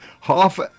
half